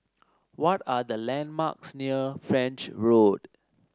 what are the landmarks near French Road